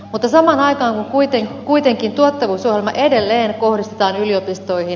mutta samaan aikaan kuitenkin tuottavuusohjelma edelleen kohdistetaan yliopistoihin